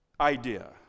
idea